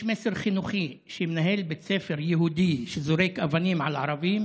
יש מסר חינוכי: מנהל בית ספר יהודי שזורק אבנים על ערבים